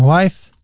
wife.